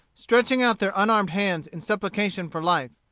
stretching out their unarmed hands in supplication for life.